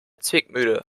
zwickmühle